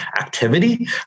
activity